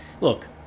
look